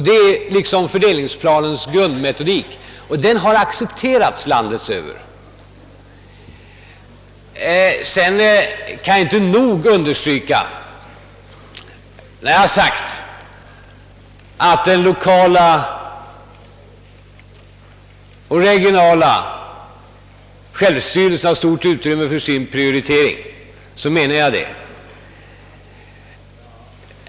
Detta är fördelningsplanens grundmetodik, och den har accepterats landet över. Jag kan inte nog understryka att när jag har sagt att den lokala och regionala självstyrelsen har stort utrymme för sin prioritering så menar jag det.